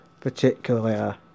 particular